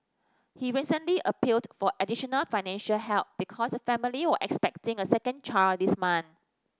he recently appealed for additional financial help because the family was expecting a second child this month